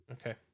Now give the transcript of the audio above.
Okay